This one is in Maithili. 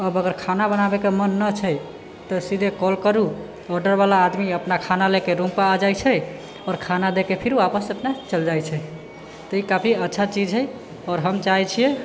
अब अगर खाना बनाबैके मन नहि छै तब सीधे कॉल करूँ ऑर्डरवाला आदमी अपना खाना लेके रूम पर आ जाइत छै आओर खाना देके फिर आपस अपना चलि जाइत छै तऽ ई काफी अच्छा चीज हइ आओर हम चाहैत छियै